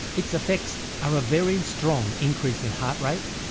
its effects are a very strong increase in heart rate,